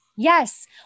Yes